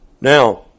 Now